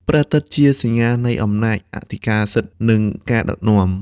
ព្រះអាទិត្យជាសញ្ញានៃអំណាចអធិការសិទ្ធិ និងការដឹកនាំ។